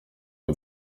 the